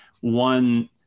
one